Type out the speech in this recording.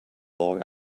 boy